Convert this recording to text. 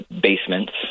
basements